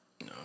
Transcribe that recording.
No